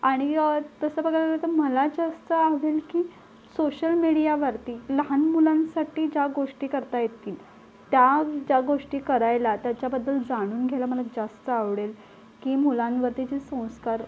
आणि तसं बघायला गेलं तर मलाच जास्त आवडेल की सोशल मिडियावरती लहान मुलांसाठी ज्या गोष्टी करता येतील त्या ज्या गोष्टी करायला त्याच्याबद्दल जाणून घ्यायला मला जास्त आवडेल की मुलांवरती जे संस्कार